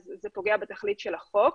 זה פוגע בתכלית של החוק